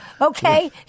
okay